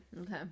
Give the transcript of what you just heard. okay